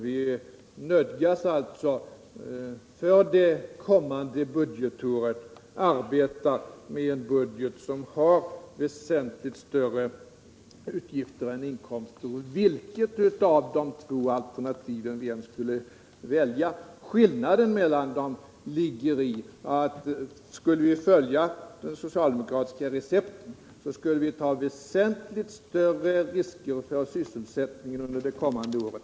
Vi nödgas alltså för det kommande budgetåret att arbeta med en budget som har väsentligt större utgifter än inkomster, vilket av de två alternativen vi än skulle välja. Skillnaden är den att om vi följde det socialdemokratiska receptet så skulle vi ta väsentligt större risker för sysselsättningen under det kommande året.